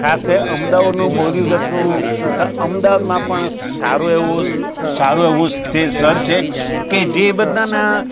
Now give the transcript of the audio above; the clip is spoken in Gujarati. ખાસ અમદાવાદનું બોલી શકું તો અમદાવાદમાં પણ સારું એવું સારું એવું સ્થળ છે કે જે બધાના